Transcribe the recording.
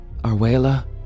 Arwela